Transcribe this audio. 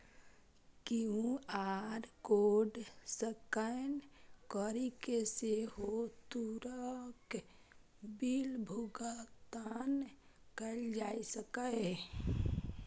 QR code scan करि कें सेहो तुरंत बिल भुगतान कैल जा सकैए